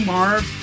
Marv